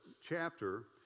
chapter